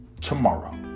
Tomorrow